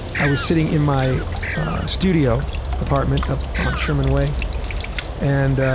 i was sitting in my studio apartment up on sherman way and